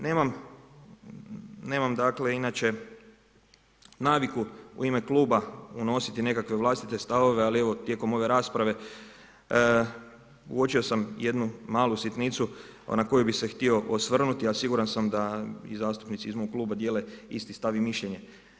Nemam dakle, inače naviku u ime Kluba unositi nekakve vlastite stavove, ali evo tijekom ove rasprave uočio sam jednu malu sitnicu na koju bih se htio osvrnuti, a siguran sam da bi i zastupnici iz mog Kluba dijele isti stav i mišljenje.